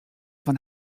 fan